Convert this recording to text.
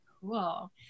Cool